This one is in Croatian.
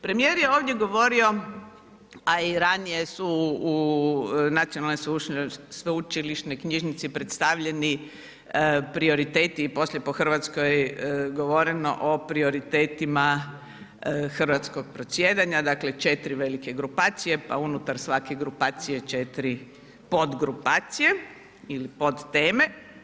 Premijer je ovdje govorio, a i ranije su u Nacionalnoj sveučilišnoj knjižnici predstavljeni prioriteti i poslije po Hrvatskoj govoreno o prioritetima hrvatskog predsjedanja, dakle 4 velike grupacije, pa unutar svake grupacije 4 podgrupacije ili podteme.